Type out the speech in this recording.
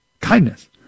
kindness